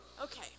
Okay